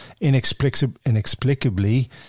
inexplicably